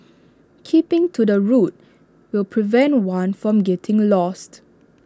keeping to the route will prevent one from getting lost